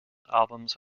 albums